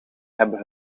hebben